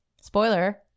spoiler